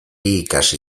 ikasi